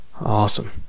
Awesome